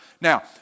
Now